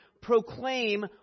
proclaim